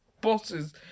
bosses